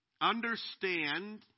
Understand